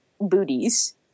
booties